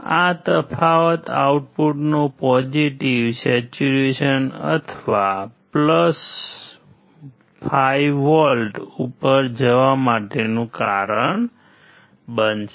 આ તફાવત આઉટપુટને પોઝિટિવ સેચુરેશન અથવા 5V ઉપર જવા માટેનું કારણ બનશે